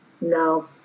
no